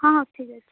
ହଁ ହଁ ଠିକ ଅଛି